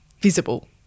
visible